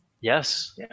Yes